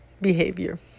behavior